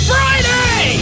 Friday